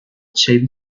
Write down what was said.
chevy